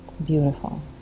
Beautiful